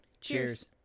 cheers